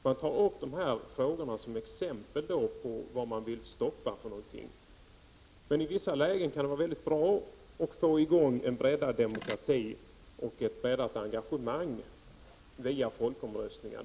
Man tar upp exempel på sådana här frågor som man vill stoppa, men det kan i vissa lägen vara mycket bra att få i gång en breddning av demokratin och en vidgning av engagemanget via folkomröstningar.